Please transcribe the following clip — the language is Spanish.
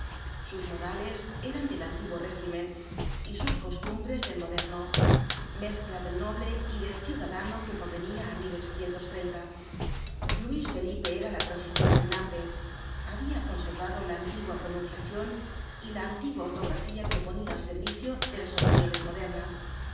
sus modales eran del antiguo régimen y sus costumbres del moderno mezcla del noble y del ciudadano que convenia á luis felipe era la transicion reinante habia conservado la antigua pronunciacion y la antigua ortografía que ponia al servicio de las opiniones modernas